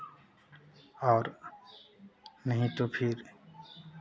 और नहीं तो फिर